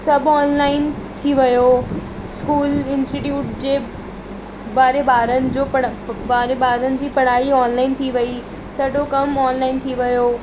सभु ऑनलाइन थी वियो स्कूल इंस्टीट्यूट जे वरी ॿारनि जो पढ़ वरी ॿारनि जी पढ़ाई ऑनलाइन थी वेई सॼो कमु ऑनलाइन थी वियो